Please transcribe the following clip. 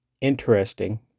interesting